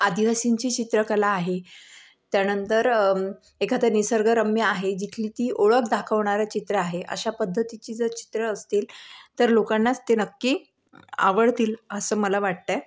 आदिवासींची चित्रकला आहे त्यानंतर एखादं निसर्गरम्य आहे जिथली ती ओळख दाखवणारं चित्र आहे अशा पद्धतीची जर चित्र असतील तर लोकांनाच ते नक्की आवडतील असं मला वाटतं आहे